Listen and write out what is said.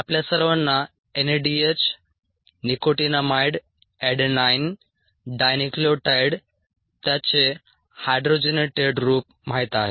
आपल्या सर्वांना NADH nicotinamide adenine dinucleotide त्याचे हायड्रोजनेटेड रूप माहित आहे